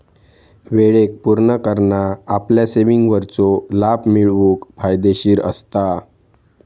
वेळेक पुर्ण करना आपल्या सेविंगवरचो लाभ मिळवूक फायदेशीर असता